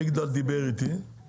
הנציג של מגדל דיבר איתי,